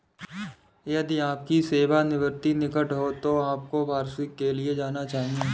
यदि आपकी सेवानिवृत्ति निकट है तो आपको वार्षिकी के लिए जाना चाहिए